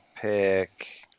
pick